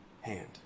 hand